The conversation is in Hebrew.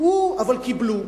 פגעו אבל קיבלו.